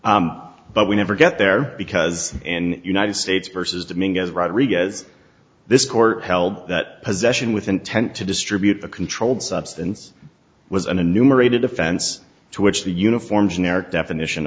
happens but we never get there because in united states versus domingo's rodriguez this court held that possession with intent to distribute a controlled substance was an enumerated offense to which the uniform generic definition